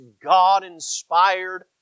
God-inspired